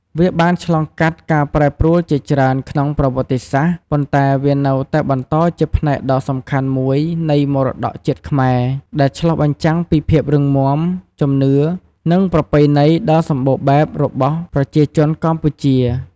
វាបានឆ្លងកាត់ការប្រែប្រួលជាច្រើនក្នុងប្រវត្តិសាស្ត្រ ប៉ុន្តែវានៅតែបន្តជាផ្នែកដ៏សំខាន់មួយនៃមរតកជាតិខ្មែរ ដែលឆ្លុះបញ្ចាំងពីភាពរឹងមាំ ជំនឿ និងប្រពៃណីដ៏សម្បូរបែបរបស់ប្រជាជនកម្ពុជា។